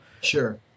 sure